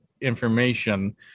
information